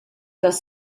għas